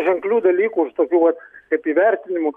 ženklių dalykų iš tokių vat kaip įvertinimų